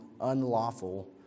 unlawful